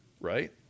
Right